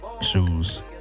shoes